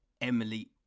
Emily